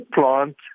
plant